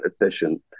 efficient